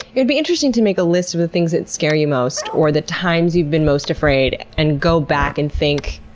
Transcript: it'd be interesting to make a list of the things that scare you most or the times you've been most afraid and go back and think,